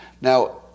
Now